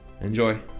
Enjoy